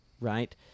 right